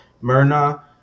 Myrna